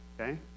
okay